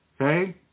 Okay